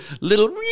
little